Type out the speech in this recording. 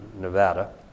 Nevada